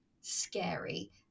scary